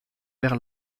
vers